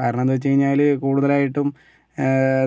കാരണമെന്ന് വച്ച് കഴിഞ്ഞാൽ കൂടുതലായിട്ടും